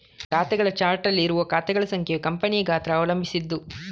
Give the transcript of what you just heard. ಖಾತೆಗಳ ಚಾರ್ಟ್ ಅಲ್ಲಿ ಇರುವ ಖಾತೆಗಳ ಸಂಖ್ಯೆಯು ಕಂಪನಿಯ ಗಾತ್ರ ಅವಲಂಬಿಸಿದ್ದು